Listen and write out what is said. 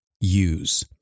use